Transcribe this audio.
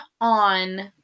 on